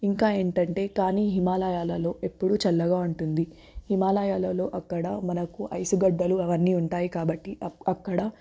ఇంకా ఏంటంటే కానీ హిమాలయాలలో ఎప్పుడూ చల్లగా ఉంటుంది హిమాలయాలలో అక్కడ మనకు ఐసు గడ్డలు అవన్నీ ఉంటాయి కాబట్టి అక్కడ